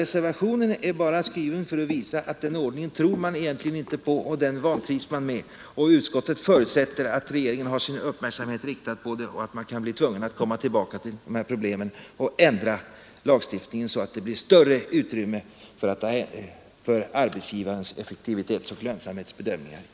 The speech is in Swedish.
Men reservationen är skriven för att visa att man inte tror på den ordningen och att man vantrivs med den. Reservanterna säger att de förutsätter att regeringen har sin uppmärksamhet riktad på de problem som kommer att uppstå och att vi kan bli tvungna att komma tillbaka och försöka ändra lagstiftningen så att det i framtiden ges större utrymme för arbetsgivarens effektivitetsoch lönsamhetsbedömningar.